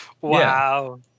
Wow